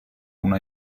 una